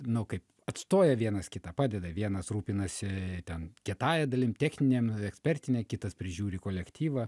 nu kaip atstoja vienas kitą padeda vienas rūpinasi ten kietąja dalim techninėm ekspertine kitas prižiūri kolektyvą